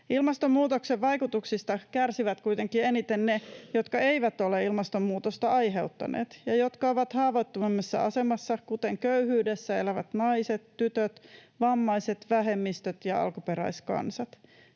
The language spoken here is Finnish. Ilmastonmuutoksen vaikutuksista kärsivät kuitenkin eniten ne, jotka eivät ole ilmastonmuutosta aiheuttaneet ja jotka ovat haavoittuvammassa asemassa, kuten köyhyydessä elävät naiset, tytöt, vammaiset, vähemmistöt ja alkuperäiskansat.